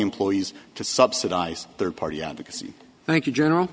employees to subsidize third party advocacy thank you general